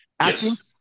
Yes